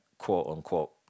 quote-unquote